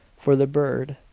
for the bird,